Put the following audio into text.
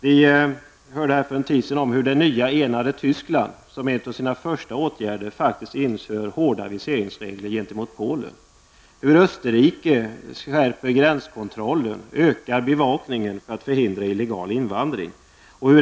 Vi hörde för en tid sedan hur det nu enade Tyskland som en av sina första åtgärder faktiskt inför hårda viseringsregler gentemot Polen. Österrike skärper gränskontrollen, ökar bevakningen, för att förhindra illegal invandring.